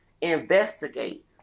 investigate